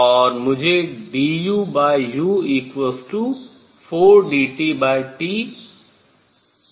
यह 4u3 यह 3 cancel हो जाता है